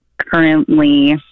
currently